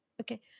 Okay